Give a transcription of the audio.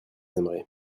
aimerez